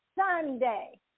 Sunday